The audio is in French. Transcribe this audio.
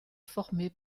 formé